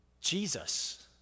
Jesus